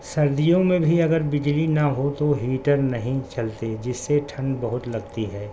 سردیوں میں بھی اگر بجلی نہ ہو تو ہیٹر نہیں چلتے جس سے ٹھنڈ بہت لگتی ہے